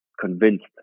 convinced